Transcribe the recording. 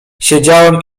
siedziałem